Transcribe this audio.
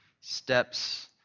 steps